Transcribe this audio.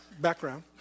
background